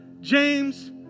James